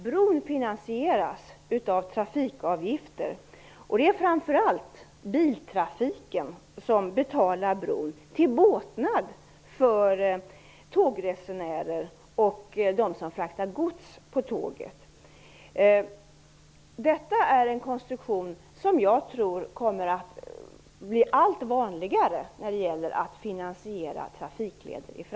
Bron finansieras av trafikavgifter, och det är framför allt biltrafiken som betalar bron - till båtnad för tågresenärer och dem som fraktar gods på tåg. Detta är en konstruktion som jag tror blir allt vanligare i framtiden när det gäller att finansiera trafikleder.